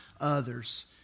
Others